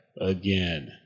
again